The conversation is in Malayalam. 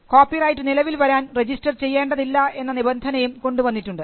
കോപ്പിറൈറ്റ് നിലവിൽ വരാൻ രജിസ്റ്റർ ചെയ്യേണ്ടതില്ല എന്ന നിബന്ധനയും കൊണ്ടുവന്നിട്ടുണ്ട്